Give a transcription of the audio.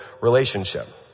relationship